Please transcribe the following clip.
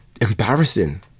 embarrassing